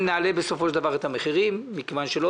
בסופו של דבר נעלה את המחירים מכיוון שלא